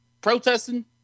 protesting